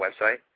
website